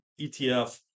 etf